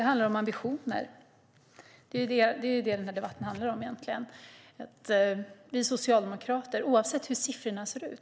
Herr talman! Vad den här debatten handlar om egentligen är ambitioner.